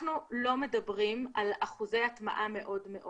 אנחנו לא מדברים על אחוזי הטמעה מאוד מאוד